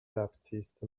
baptist